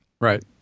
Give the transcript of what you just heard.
Right